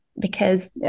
because-